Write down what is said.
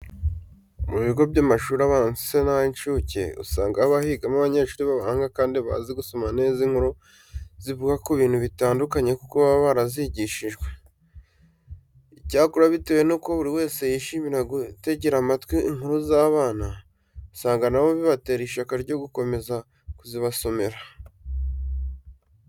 Mu bigo by'amashuri abanza ndetse n'ay'incuke usanga haba higamo abanyeshuri b'abahanga kandi bazi gusoma neza inkuru zivuga ku bintu bitandukanye kuko baba barazigishijwe. Icyakora bitewe n'uburyo buri wese yishimira gutegera amatwi inkuru z'abana, usanga na bo bibatera ishyaka ryo gukomeza kuzibasomera.